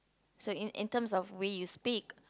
so in in terms of way you speak